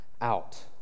out